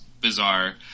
bizarre